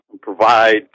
provide